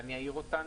ואני אעיר אותן,